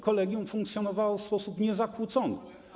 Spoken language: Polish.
Kolegium funkcjonowało w sposób niezakłócony.